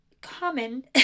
common